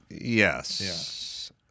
Yes